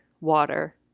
water